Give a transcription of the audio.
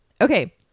Okay